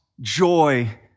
joy